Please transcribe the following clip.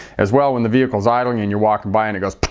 as well, when the vehicle is idling and you're walking by and goes but